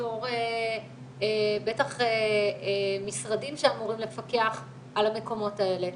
בתור בטח משרדים שאמורים לפקח על המקומות האלה,